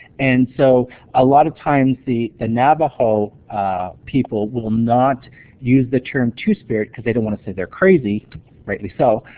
and so a lot of times the ah navajo people will not use the term two-spirit, cause they don't wanna say they're crazy rightly so.